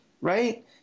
Right